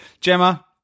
Gemma